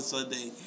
Sunday